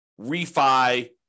refi